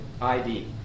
ID